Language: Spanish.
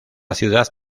ciudad